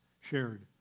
shared